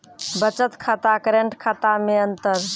बचत खाता करेंट खाता मे अंतर?